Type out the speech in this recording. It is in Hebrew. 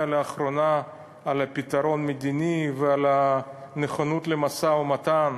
לאחרונה על פתרון מדיני ועל הנכונות למשא-ומתן